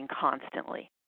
constantly